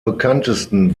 bekanntesten